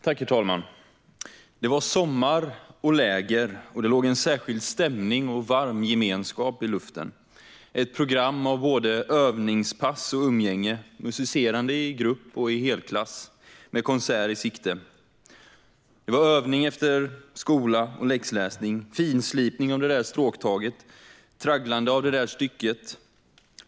Herr talman! Det var sommar och läger, och det låg en särskild stämning och varm gemenskap i luften. Det var ett program med både övningspass och umgänge, musicerande i grupp och i helklass, med konsert i sikte. Det var övning efter skola och läxläsning, finslipning av det där stråktaget och tragglande av det där stycket.